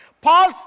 Paul's